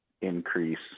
increase